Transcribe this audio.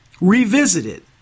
revisited